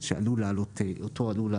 שעלול להעלות חשש.